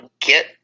get